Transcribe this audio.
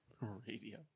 Radio